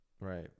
Right